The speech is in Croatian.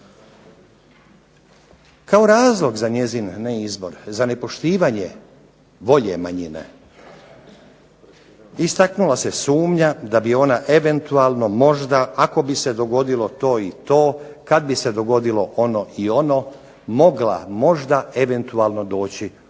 Kao razlog za njezin neizbor za nepoštivanje volje manjine istaknula se sumnja da bi ona eventualno, možda, ako bi se dogodilo to i to, kada bi se dogodilo ovo ili ono, mogla možda eventualno doći u